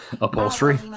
upholstery